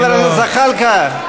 חבר הכנסת זחאלקה,